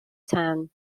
town